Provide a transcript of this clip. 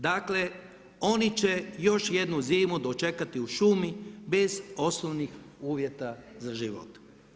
Dakle, oni će još jednu zimu dočekati u šumi bez osnovnih uvjeta za život.